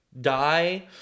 die